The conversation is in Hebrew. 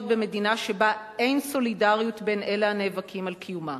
במדינה שבה אין סולידריות בין אלה הנאבקים על קיומה.